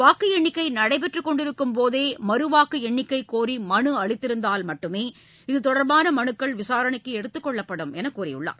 வாக்கு எண்ணிக்கை நடைபெற்று கொண்டிருக்கும்போதே மறுவாக்கு எண்ணிக்கை கோரி மனு அளித்திருந்தால் மட்டுமே இதுதொடர்பான மனுக்கள் விசாரணைக்கு எடுத்துக் கொள்ளப்படும் என்று கூறினார்